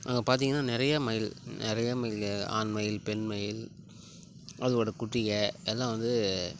அங்கே பார்த்திங்கனா நிறைய மயில் நிறைய மயில் ஆண் மயில் பெண் மயில் அதுவோட குட்டிக எல்லாம் வந்து